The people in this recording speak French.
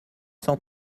cent